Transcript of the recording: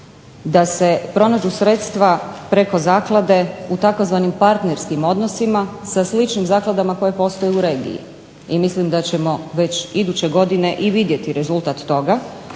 da se pronađu sredstva preko zaklade u tzv. partnerskim odnosima sa sličnim zakladama koje postoje u regiji i mislim da ćemo već iduće godine i vidjeti rezultat toga